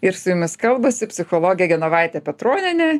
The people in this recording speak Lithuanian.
ir su jumis kalbasi psichologė genovaitė petronienė